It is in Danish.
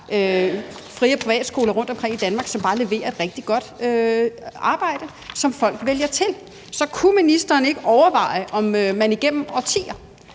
fri- og privatskoler rundtomkring i Danmark, som bare leverer et rigtig godt stykke arbejde, som folk vælger til. Så kunne ministeren ikke overveje, fordi politikerne